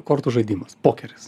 kortų žaidimas pokeris